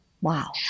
Wow